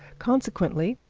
consequently,